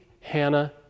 Hannah